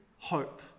Hope